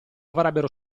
avrebbero